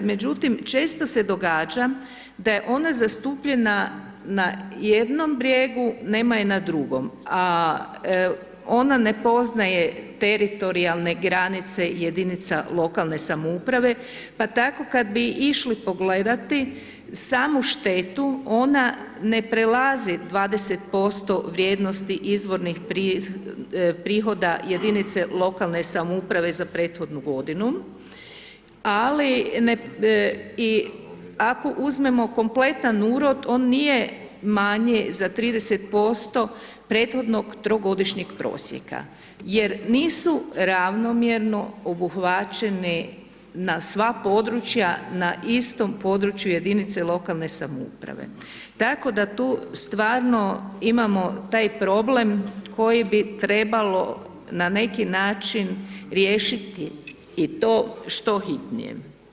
Međutim, često se događa da je ona zastupljena na jednom brijegu, nema je na drugom, a ona ne poznaje teritorijalne granice jedinica lokalne samouprave, pa tako kad bi išli pogledati samu štetu, ona ne prelazi 20% vrijednosti izvornih prihoda jedinice lokalne samouprave za prethodnu godinu, ali i ako uzmemo kompletan urod, on nije manji za 30% prethodnog trogodišnjeg prosjeka jer nisu ravnomjerno obuhvaćeni na sva područja, na istom području jedinice lokalne samouprave, tako da tu stvarno imamo taj problem koji bi trebalo na neki način riješiti i to što hitnije.